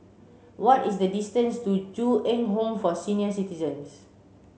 what is the distance to Ju Eng Home for Senior Citizens